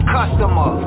customer